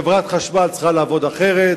חברת חשמל צריכה לעבוד אחרת,